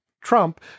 Trump